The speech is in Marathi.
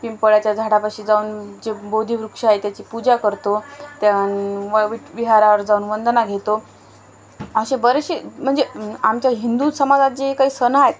पिंपळाच्या झाडापाशी जाऊन जे बोधी वृक्ष आहे त्याची पूजा करतो त्या अन वा वीट विहारावर जाऊन वंदना घेतो असे बरेचसे म्हणजे आमच्या हिंदू समाजात जे काही सण आहेत